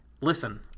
Listen